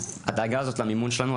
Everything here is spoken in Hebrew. הדאגה שלנו למימון שלנו,